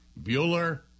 Bueller